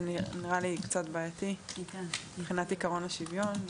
זה נראה לי קצת בעייתי מבחינת עיקרון השוויון,